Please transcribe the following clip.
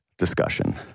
discussion